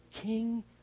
king